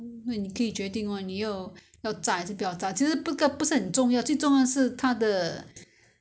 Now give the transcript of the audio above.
the sauce ah the soup lah the the the lontong the the soup is more important ya